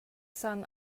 sun